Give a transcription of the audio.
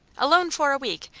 alone for a week,